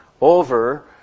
over